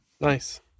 Nice